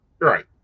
Right